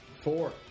Four